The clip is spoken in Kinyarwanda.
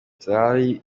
zari